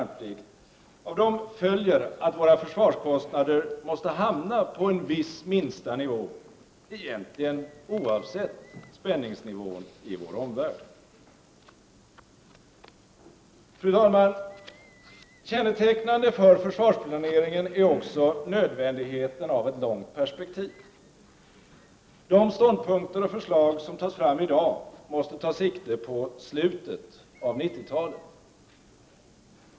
1989/90:46 värnplikt - följer att våra försvarskostnader måste hamna på en viss minsta — 14 december 1989 nivå, egentligen oavsett spänningsnivån i vår omvärld. =— Fru talman! Kännetecknande för försvarsplaneringen är också nödvändigheten av ett långt perspektiv. De ståndpunkter och förslag som tas fram i dag måste ta sikte på slutet av 1990-talet.